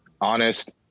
honest